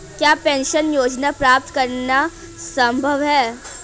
क्या पेंशन योजना प्राप्त करना संभव है?